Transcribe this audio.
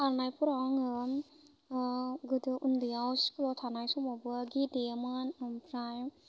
खारनायफोराव आङो गोदो उन्दैयाव स्कुलाव थांनाय समावबो गेलेयोमोन ओमफ्राय